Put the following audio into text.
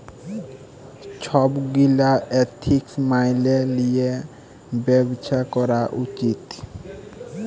ছব গীলা এথিক্স ম্যাইলে লিঁয়ে ব্যবছা ক্যরা উচিত